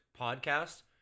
podcast